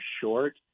short